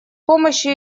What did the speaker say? помощью